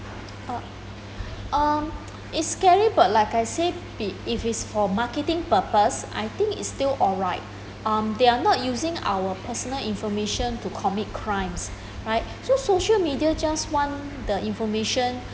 uh um it's scary but like I say be if it's for marketing purpose I think it's still alright um they are not using our personal information to commit crimes right so social media just want the information